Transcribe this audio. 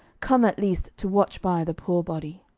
come at least to watch by the poor body